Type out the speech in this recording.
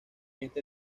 este